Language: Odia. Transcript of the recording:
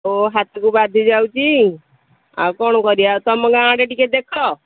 ଓ ହାତକୁ ବାଧି ଯାଉଛି ଆଉ କ'ଣ କରିବା ତମ ଗାଁ ଆଡ଼େ ଟିକେ ଦେଖ